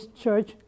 Church